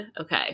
okay